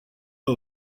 abo